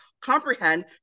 comprehend